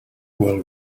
well